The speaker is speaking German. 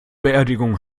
beerdigung